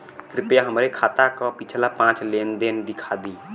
कृपया हमरे खाता क पिछला पांच लेन देन दिखा दी